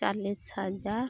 ᱪᱟᱞᱤᱥ ᱦᱟᱡᱟᱨ